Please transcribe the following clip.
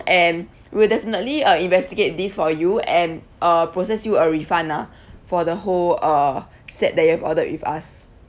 and we'll definitely uh investigate this for you and uh process you a refund nah for the whole uh set that you have ordered with us